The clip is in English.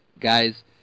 guys